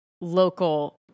local